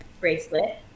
bracelet